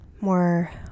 more